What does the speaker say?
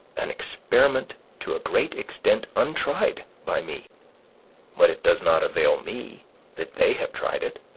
an experiment to a great extent untried by me but it does not avail me that they have tried it.